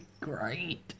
great